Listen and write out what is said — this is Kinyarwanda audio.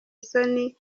isoni